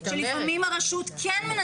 שלפעמים הרשות כן מנצלת את כוחה.